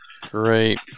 great